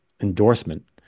endorsement